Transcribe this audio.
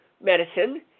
medicine